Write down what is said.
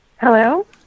Hello